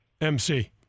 MC